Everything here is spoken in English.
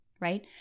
Right